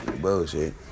Bullshit